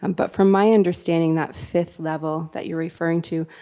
um but from my understanding that fifth level that you're referring to,